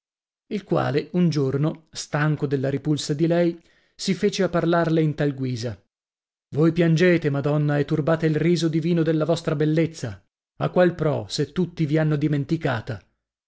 il quale un giorno stanco della ripulsa di lei se fece a parlarle in tal guisa voi piangete madonna e turbate il riso divino della vostra bellezza a qual pro se tutti vi hanno dimenticata